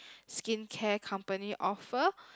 skin care company offer